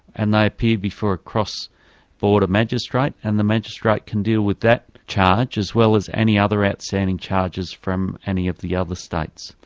and they appear before a cross border magistrate and the magistrate can deal with that charge as well as any other outstanding charges from any of the other states.